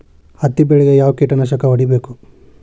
ಹತ್ತಿ ಬೆಳೇಗ್ ಯಾವ್ ಕೇಟನಾಶಕ ಹೋಡಿಬೇಕು?